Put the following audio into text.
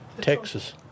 Texas